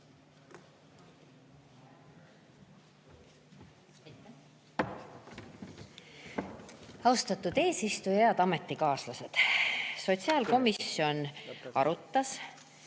Austatud eesistuja! Head ametikaaslased! Sotsiaalkomisjon arutas